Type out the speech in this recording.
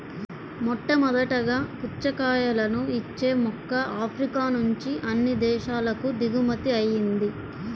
మొట్టమొదటగా పుచ్చకాయలను ఇచ్చే మొక్క ఆఫ్రికా నుంచి అన్ని దేశాలకు దిగుమతి అయ్యింది